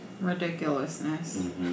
Ridiculousness